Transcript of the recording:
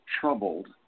troubled